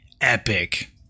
epic